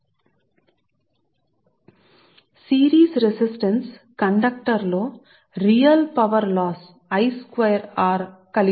కాబట్టి ఇది ఇన్సులేటర్ అంతటా మరియు గాలిలో అయోనైజ్డ్ పాత్ మార్గాలతో ఉంటుంది కానీ సిరీస్ రెసిస్టన్స్ కండక్టర్లో నిజమైన విద్యుత్ నష్టాన్ని కలిగిస్తుంది ఎందుకంటే లాస్ ఉంటుంది